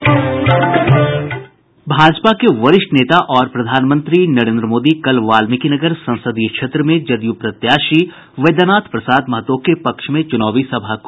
भाजपा के वरिष्ठ नेता और प्रधानमंत्री नरेन्द्र मोदी कल वाल्मिकीनगर संसदीय क्षेत्र में जदयू प्रत्याशी वैद्यनाथ प्रसाद महतो के पक्ष में चुनावी सभा को संबोधित करेंगे